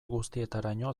guztietaraino